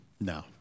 no